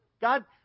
God